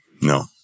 No